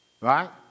Right